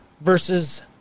versus